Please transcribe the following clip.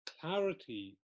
clarity